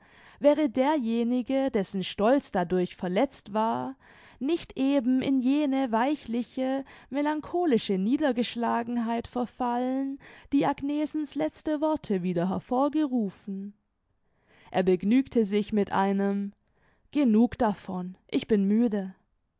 wäre derjenige dessen stolz dadurch verletzt war nicht eben in jene weichliche melancholische niedergeschlagenheit verfallen die agnesens letzte worte wieder hervorgerufen er begnügte sich mit einem genug davon ich bin müde